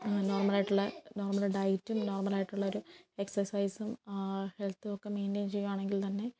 നോർമലായിട്ടുള്ള നോർമൽ ഡയറ്റും നോർമലായിട്ടുള്ളൊരു എക്സർസൈസും ഹെൽത്തുവൊക്കെ മെയിന്റയിൻ ചെയ്യുവാണെങ്കിൽ തന്നെ